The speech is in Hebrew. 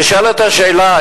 נשאלת השאלה,